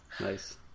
Nice